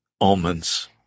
almonds